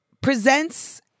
presents